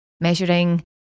measuring